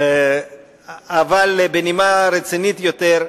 אבל בנימה רצינית יותר,